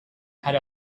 had